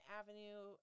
avenue